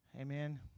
Amen